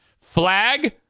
flag